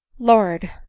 lord!